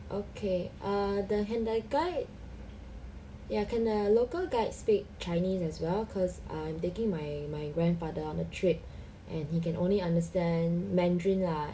okay uh the handle guide ya can a local guide speak chinese as well cause I'm taking my my grandfather on the trip and he can only understand mandarin lah